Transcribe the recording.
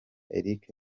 eric